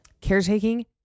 caretaking